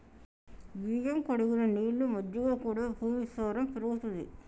బియ్యం కడిగిన నీళ్లు, మజ్జిగ కూడా భూమి సారం పెరుగుతది